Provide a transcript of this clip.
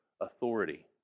authority